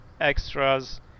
extras